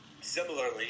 similarly